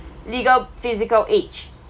legal physical age